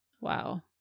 Wow